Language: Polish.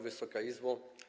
Wysoka Izbo!